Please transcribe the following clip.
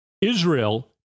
Israel